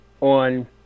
on